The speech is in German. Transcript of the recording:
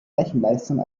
rechenleistung